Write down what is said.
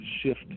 shift